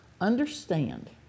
understand